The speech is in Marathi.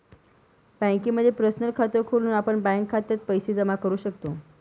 बँकेमध्ये पर्सनल खात खोलून आपण बँक खात्यात पैसे जमा करू शकतो